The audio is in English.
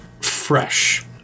fresh